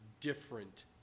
different